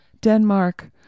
Denmark